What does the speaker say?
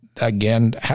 Again